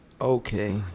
Okay